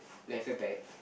leather bag